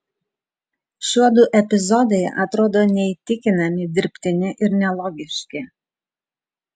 šiuodu epizodai atrodo neįtikinami dirbtini ir nelogiški